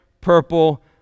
purple